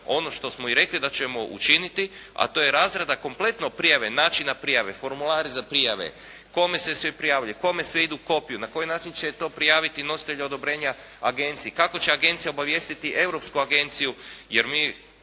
ono što smo i rekli da ćemo učiniti, a to je razrada kompletno prijave, načina prijave, formulari za prijave, kome se sve prijavljuje, kome sve idu kopije, na koji način će to prijaviti nositelji odobrenja agenciji. Kako će agencija obavijestiti europsku agenciju? Jer mi,